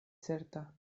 certa